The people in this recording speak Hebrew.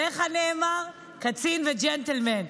עליך נאמר: קצין וג'נטלמן.